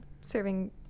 serving